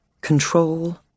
Control